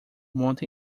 monte